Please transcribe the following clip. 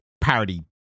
parody